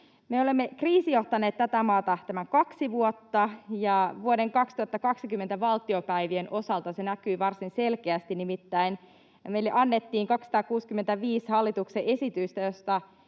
olemme kriisijohtaneet tätä maata tämän kaksi vuotta, ja vuoden 2020 valtiopäivien osalta se näkyy varsin selkeästi. Nimittäin meille annettiin 265 hallituksen esitystä,